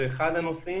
זה אחד הנושאים.